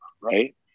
right